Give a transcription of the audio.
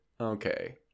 okay